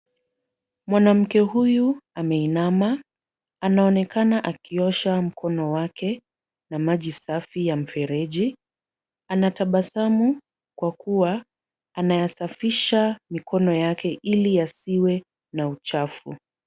Mwanamke huyu ameinama. Anaonekana akiosha mkono wake na maji safi ya mfereji. Anatabasamu kwa kuwa anayasafisha mikono yake ili yasiwe na uchafu.